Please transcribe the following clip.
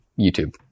YouTube